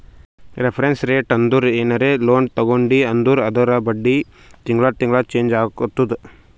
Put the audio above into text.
reference rate ಅಂದುರ್ ಏನರೇ loan ತಗೊಂಡಿ ಅಂದುರ್ ಅದೂರ್ ಬಡ್ಡಿ ತಿಂಗಳಾ ತಿಂಗಳಾ ಚೆಂಜ್ ಆತ್ತುದ